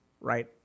right